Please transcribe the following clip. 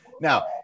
Now